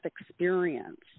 experience